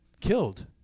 killed